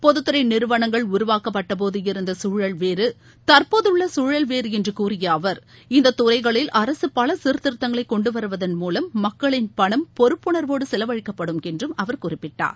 பொதுத்துறை நிறுவனங்கள் உருவாக்கப்பட்டபோது இருந்த சூழல் வேறு தற்போதுள்ள சூழல் வேறு என்று கூறிய அவர் இந்த துறைகளில் அரசு பல சீர்திருத்தங்களை கொண்டுவருவதன் மூலம் மக்களின் பணம் பொறுப்புணர்வோடு செலவழிக்கப்படும் என்றும் அவர் குறிப்பிட்டார்